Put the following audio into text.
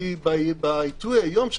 כי בעיתוי היום,